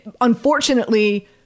unfortunately